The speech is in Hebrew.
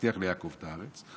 הבטיח ליעקב את הארץ.